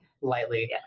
lightly